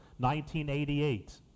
1988